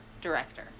Director